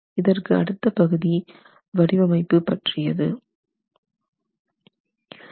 இதற்கு அடுத்து பகுதி வடிவமைப்பு பற்றி தொடங்கின